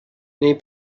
nei